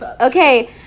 okay